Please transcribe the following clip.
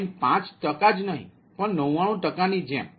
5 ટકા જ નહીં પણ 99 ટકા ની જેમ